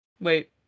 Wait